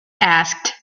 asked